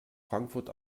frankfurt